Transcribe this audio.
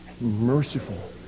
merciful